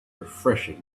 refreshing